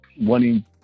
wanting